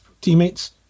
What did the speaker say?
teammates